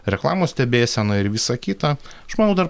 reklamos stebėsena ir visa kita aš manau dar